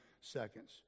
seconds